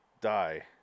Die